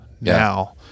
now